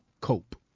cope